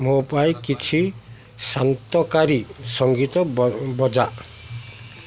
ମୋ ପାଇଁ କିଛି ଶାନ୍ତକାରୀ ସଙ୍ଗୀତ ବଜା